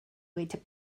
waited